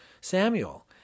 Samuel